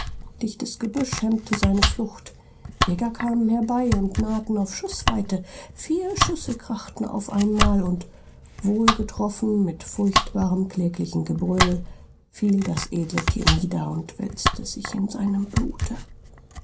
dichtes gebüsch hemmte seine flucht jäger kamen herbei und nahten auf schußweite vier schüsse krachten auf ein mal und wohlgetroffen mit furchtbarem kläglichen gebrüll fiel das edle thier nieder und wälzte sich in seinem blute